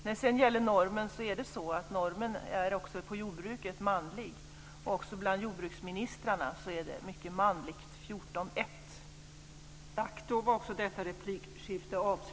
När det sedan gäller normen är det så att normen också inom jordbruken är manlig. Också bland jordbruksministrarna i EU är det mycket manligt, 14-1!